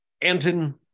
Anton